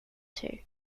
two